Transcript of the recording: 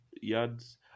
yards